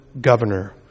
governor